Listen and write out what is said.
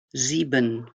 sieben